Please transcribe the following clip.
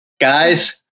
guys